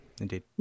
Indeed